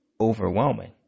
overwhelming